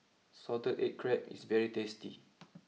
Salted Egg Crab is very tasty